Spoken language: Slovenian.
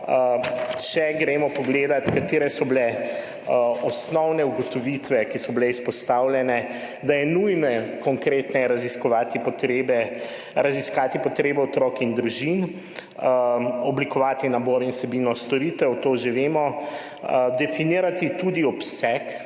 Če gremo pogledat, katere so bile osnovne ugotovitve, ki so bile izpostavljene: da je nujno konkretneje raziskati potrebe otrok in družin, oblikovati nabor in vsebino storitev, to že vemo, definirati tudi obseg,